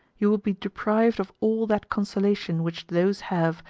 you will be deprived of all that consolation which those have,